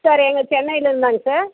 sir எங்கே சென்னையில் இருந்தாங்க சார்